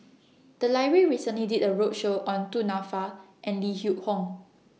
The Library recently did A roadshow on Du Nanfa and Lim Yew Hock